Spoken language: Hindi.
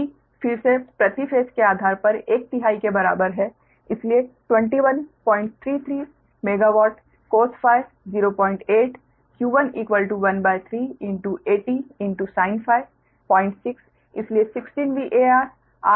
P फिर से प्रति फेस के आधार पर एक तिहाई के बराबर है इसलिए 2133MW cos ∅ 08 Q 13∗ 80 ∗ sin ∅ 06 इसलिए 16 MVAR R 40 Ω X 140 Ω